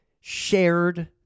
shared